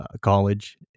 college